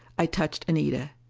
i touched anita.